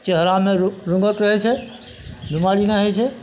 चेहरामे र रङ्गत रहै छै बेमारी नहि होइ छै